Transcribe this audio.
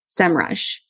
SEMrush